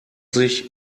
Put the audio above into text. sich